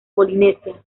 polinesia